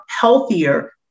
healthier